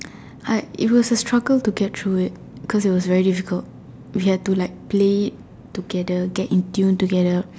hard it was a struggle to get through it cause it was very difficult we had to like play together get in tune together